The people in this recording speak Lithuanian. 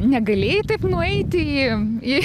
negalėjai taip nueiti į į